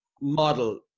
Model